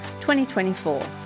2024